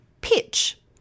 pitch